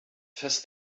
fest